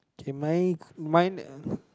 K mine mine